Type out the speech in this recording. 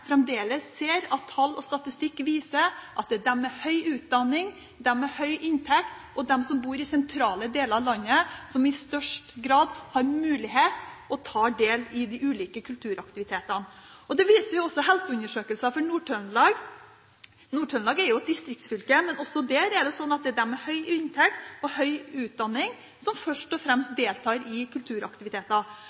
fremdeles ser tall og statistikk som viser at det er de med høy utdanning, de med høy inntekt og de som bor i sentrale deler av landet, som i størst grad har mulighet til å delta i de ulike kulturaktivitetene. Det viser også helseundersøkelser for Nord-Trøndelag. Nord-Trøndelag er et distriktsfylke, men også der er det sånn at det er de med høy inntekt og høy utdanning som først og fremst deltar i kulturaktiviteter.